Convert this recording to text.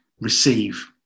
receive